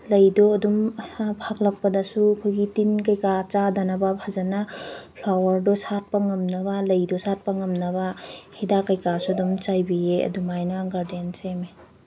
ꯂꯩꯗꯣ ꯑꯗꯨꯝ ꯐꯒꯠꯂꯛꯄꯗꯁꯨ ꯑꯩꯈꯣꯏꯒꯤ ꯇꯤꯟ ꯀꯩꯀꯥ ꯆꯥꯗꯅꯕ ꯐꯖꯅ ꯐ꯭ꯂꯥꯋꯔꯗꯣ ꯁꯥꯠꯄ ꯉꯝꯅꯕ ꯂꯩꯗꯣ ꯁꯥꯠꯄ ꯉꯝꯅꯕ ꯍꯤꯗꯥꯛ ꯀꯩꯀꯥꯁꯨ ꯑꯗꯨꯝ ꯆꯥꯏꯕꯤꯌꯦ ꯑꯗꯨꯃꯥꯏꯅ ꯒꯥꯔꯗꯦꯟ ꯁꯦꯝꯃꯦ